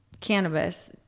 cannabis